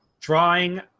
Drawing